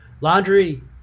laundry